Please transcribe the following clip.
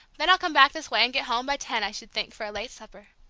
then i'll come back this way and get home, by ten, i should think, for a late supper.